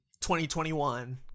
2021